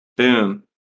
Boom